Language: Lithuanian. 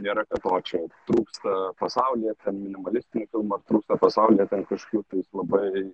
nėra bepročiai trūksta pasaulyje minimalistinių man trūksta pasaulyje kažkokių tais labai